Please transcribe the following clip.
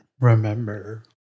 remember